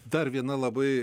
dar viena labai